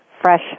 fresh